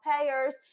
payers